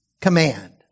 command